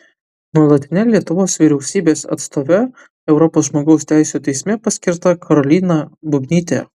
nuolatine lietuvos vyriausybės atstove europos žmogaus teisių teisme paskirta karolina bubnytė